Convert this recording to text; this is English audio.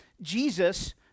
Jesus